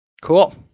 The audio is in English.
Cool